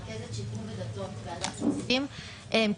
אני רכזת שיכון ודתות באגף התקציבים במשרד האוצר.